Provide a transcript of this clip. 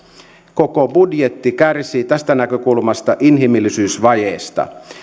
koko budjetti kärsii tästä näkökulmasta inhimillisyysvajeesta